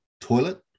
toilet